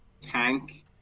Tank